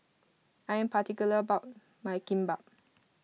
I am particular about my Kimbap